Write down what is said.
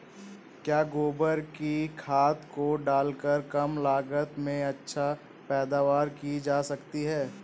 क्या गोबर की खाद को डालकर कम लागत में अच्छी पैदावारी की जा सकती है?